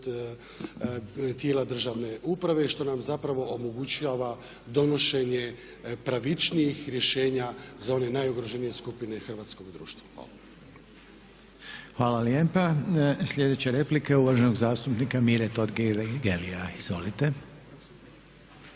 tijela državne uprave što nam zapravo omogućava donošenje pravičnijih rješenja za one najugroženije skupine hrvatskoga društva. Hvala. **Reiner, Željko (HDZ)** Hvala lijepa. Sljedeća replika je uvaženog zastupnika Mile Totgergelija.